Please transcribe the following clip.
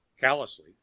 Callously